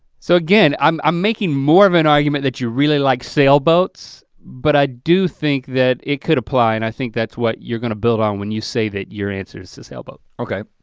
so again, i'm i'm making more of an argument that you really like sailboats but i do think that it could apply and i think that's what you're gonna build on when you say that your answer is a sailboat. okay,